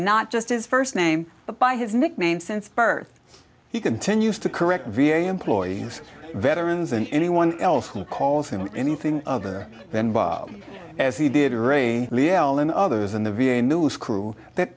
not just his first name but by his nickname since birth he continues to correct v a employees veterans and anyone else who calls him anything other than bob as he did re the l and others in the v a news crew that